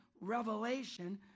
revelation